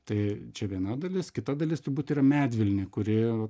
tai čia viena dalis kita dalis tų būt yra medvilnė kuri